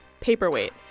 Paperweight